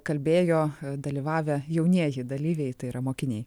kalbėjo dalyvavę jaunieji dalyviai tai yra mokiniai